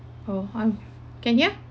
oh on can hear